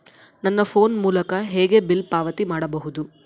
ನನ್ನ ಫೋನ್ ಮೂಲಕ ಹೇಗೆ ಬಿಲ್ ಪಾವತಿ ಮಾಡಬಹುದು?